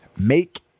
make